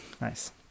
Nice